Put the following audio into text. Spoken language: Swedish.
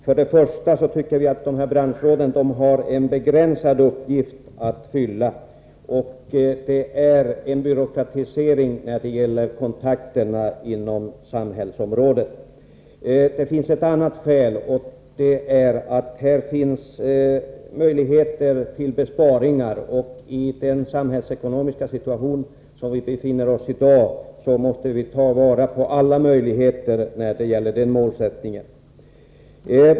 För det första tycker vi att dessa branschråd har en begränsad uppgift att fylla. Det har blivit en byråkratisering i kontakterna med skilda samhälleliga organ. För det andra finns det möjligheter till besparingar, och i nuvarande samhällsekonomiska läge måste vi ta vara på alla sådana möjligheter.